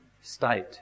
state